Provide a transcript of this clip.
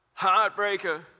heartbreaker